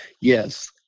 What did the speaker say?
Yes